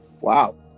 Wow